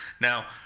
Now